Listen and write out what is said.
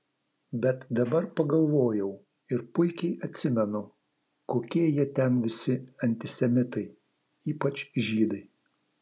bet dabar pagalvojau ir puikiai atsimenu kokie jie ten visi antisemitai ypač žydai